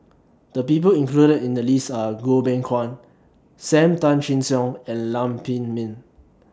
The People included in The list Are Goh Beng Kwan SAM Tan Chin Siong and Lam Pin Min